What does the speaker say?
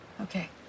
Okay